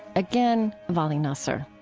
again, vali nasr